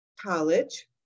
college